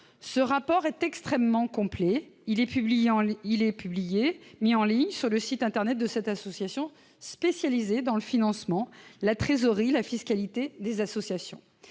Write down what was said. lequel est extrêmement complet. Il est publié et mis en ligne sur le site internet de cette association spécialisée dans le financement, la trésorerie et la fiscalité des associations.